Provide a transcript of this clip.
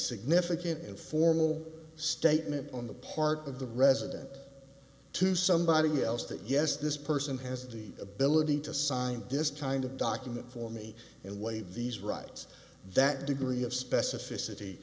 significant informal statement on the part of the resident to somebody else that yes this person has the ability to sign this kind of document for me and waive these rights that degree of specificity